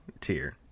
tier